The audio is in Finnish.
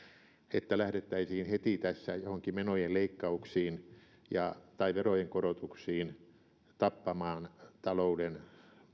että lähdettäisiin tässä heti joihinkin menojen leikkauksiin tai verojen korotuksiin tappamaan talouden